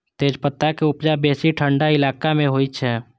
तेजपत्ता के उपजा बेसी ठंढा इलाका मे होइ छै